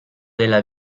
della